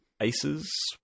Aces